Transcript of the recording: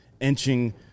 inching